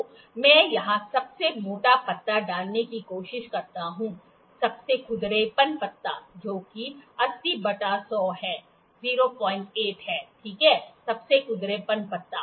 तो मैं यहां सबसे मोटा पत्ता डालने की कोशिश करता हूं सबसे कुदरेपन पत्ता जो कि 80 बटा 100 है 08 है ठीक है सबसे कुदरेपन पत्ता